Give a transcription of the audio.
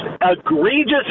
egregious